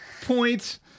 points